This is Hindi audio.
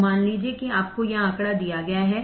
तो मान लीजिए कि आपको यह आंकड़ा दिया गया है